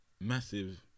massive